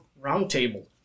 roundtable